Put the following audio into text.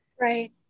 right